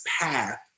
path